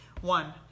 One